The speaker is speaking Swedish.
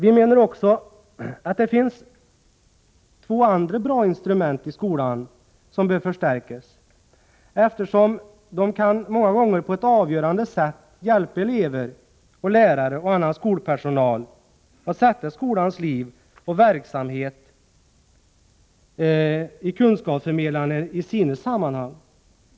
Vi menar också att det finns två andra bra instrument i skolan som bör förstärkas, eftersom de många gånger på ett avgörande sätt kan hjälpa elever, lärare och annan skolpersonal att sätta in skolans liv och dess kunskapsförmedlande verksamhet i sina sammanhang.